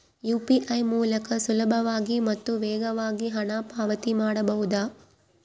UPI ಮೂಲಕ ಸುಲಭವಾಗಿ ಮತ್ತು ವೇಗವಾಗಿ ಹಣ ಪಾವತಿ ಮಾಡಬಹುದಾ?